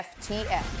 FTF